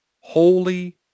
holy